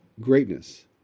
greatness